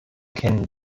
kennen